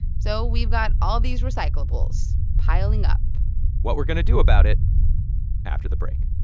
so we've got all these recyclables piling up what we're going to do about it after the break